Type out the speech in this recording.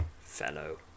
fellow